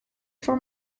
for